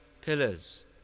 pillars